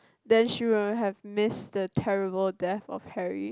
then she will have missed the terrible death of Harry